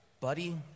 Buddy